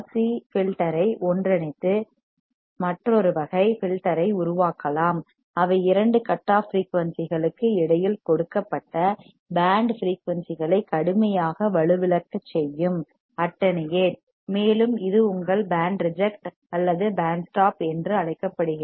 RC filter ஐ ஒன்றிணைத்து மற்றொரு வகை ஃபில்டர் ஐ உருவாக்கலாம் அவை இரண்டு கட் ஆஃப் ஃபிரீயூன்சிகளுக்கு இடையில் கொடுக்கப்பட்ட பேண்ட் ஃபிரீயூன்சிகளை கடுமையாக வலுவிழக்கச் செய்யும் அட்டென்யேட் மேலும் இது உங்கள் பேண்ட் ரிஜெக்ட் அல்லது பேண்ட் ஸ்டாப் என்று அழைக்கப்படுகிறது